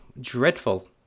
dreadful